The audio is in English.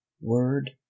word